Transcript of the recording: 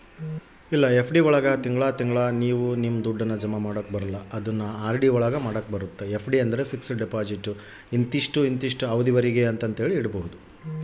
FD ಒಳಗ ತಿಂಗಳ ತಿಂಗಳಾ ನಾವು ನಮ್ ದುಡ್ಡನ್ನ ಜಮ ಮಾಡ್ಬೋದು